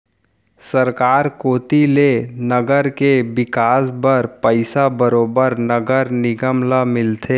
सरकार कोती ले नगर के बिकास बर पइसा बरोबर नगर निगम ल मिलथे